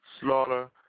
slaughter